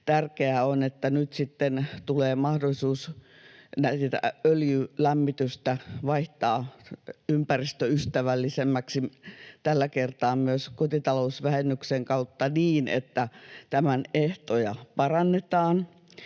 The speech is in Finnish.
Tärkeää on, että nyt sitten tulee mahdollisuus öljylämmitystä vaihtaa ympäristöystävällisemmäksi tällä kertaa myös kotitalousvähennyksen kautta niin, että tämän ehtoja parannetaan